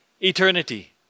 eternity